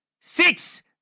Six